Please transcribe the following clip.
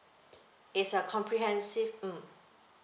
it's a comprehensive mm